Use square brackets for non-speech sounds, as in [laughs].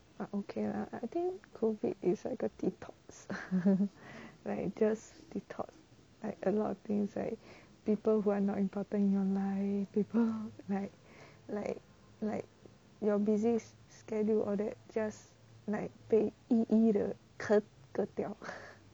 but okay lah I think COVID is like a detox [laughs] like just to talk like a lot of things right people who are not important in your life people like like like your busy schedule all that just like 被一一地割掉